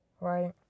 right